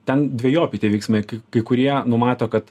ten dvejopi tie vyksmai kai kurie numato kad